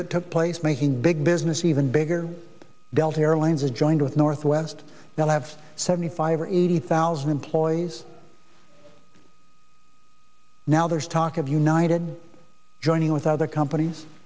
that took place making big business even bigger delta airlines adjoined with northwest they'll have seventy five or eighty thousand employees now there's talk of united joining with other companies